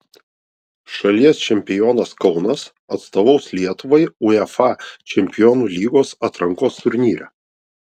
šalies čempionas kaunas atstovaus lietuvai uefa čempionų lygos atrankos turnyre